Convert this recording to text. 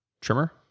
trimmer